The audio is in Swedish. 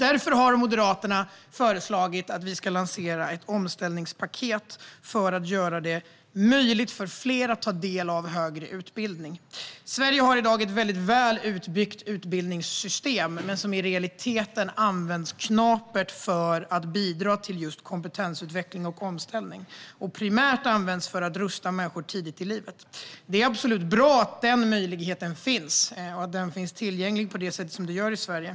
Därför har Moderaterna föreslagit att vi ska lansera ett omställningspaket för att göra det möjligt för fler att ta del av högre utbildning. Sverige har i dag ett väldigt väl utbyggt utbildningssystem, men i realiteten används det knapert för att bidra till just kompetensutveckling och omställning. Primärt används det för att rusta människor tidigt i livet. Det är absolut bra att den möjligheten finns tillgänglig på det sätt som den gör i Sverige.